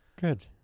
Good